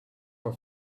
for